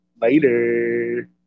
Later